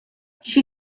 she